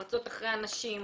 רצות אחרי הנשים.